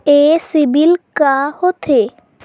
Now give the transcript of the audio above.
ये सीबिल का होथे?